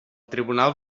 tribunal